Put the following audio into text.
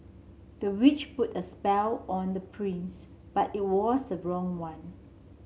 the witch put a spell on the prince but it was the wrong one